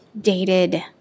dated